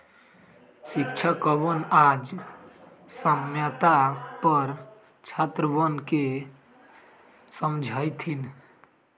शिक्षकवन आज साम्यता पर छात्रवन के समझय थिन